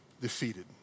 defeated